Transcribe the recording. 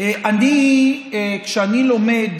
כשאני לומד